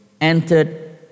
entered